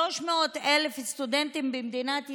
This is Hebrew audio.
300,000 סטודנטים במדינת ישראל,